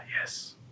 Yes